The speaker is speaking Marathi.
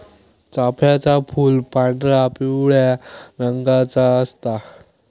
चाफ्याचा फूल पांढरा, पिवळ्या रंगाचा असता